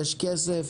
יש כסף,